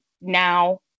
now